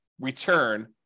return